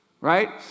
Right